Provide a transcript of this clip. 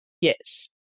Yes